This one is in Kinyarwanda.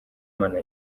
imana